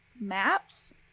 maps